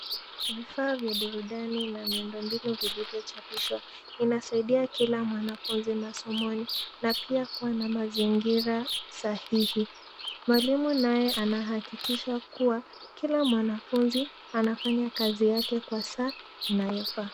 Vifaa vya burudani na miundo mbinu viilivyochapishwa inasaidia kila mwanafunzi masomoni na pia kuwa na mazingira sahihi. Mwalimu naye anahakikisha kuwa kila mwanafunzi anafanya kazi yake kwa saa inayofaa.